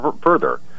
further